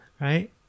Right